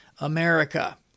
America